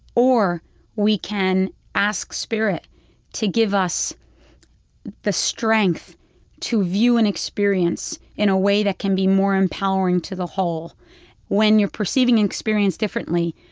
or we can ask spirit to give us the strength to view an experience in a way that can be more empowering to the whole when you're perceiving an experience differently,